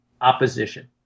Opposition